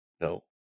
No